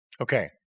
Okay